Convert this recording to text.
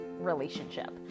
relationship